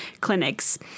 clinics